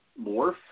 Morph